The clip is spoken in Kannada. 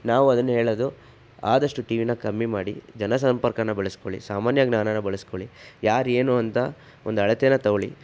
ನಾವು ಆದ್ದರಿಂದ ಹೇಳೋದು ಆದಷ್ಟು ಟಿ ವಿನ ಕಮ್ಮಿ ಮಾಡಿ ಜನ ಸಂಪರ್ಕನ ಬೆಳೆಸ್ಕೊಳ್ಳಿ ಸಾಮಾನ್ಯ ಜ್ಞಾನನ ಬೆಳೆಸ್ಕೊಳ್ಳಿ ಯಾರು ಏನು ಅಂತ ಒಂದು ಅಳತೇನ ತೊಗೊಳಿ